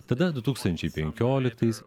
tada du tūkstančiai penkioliktais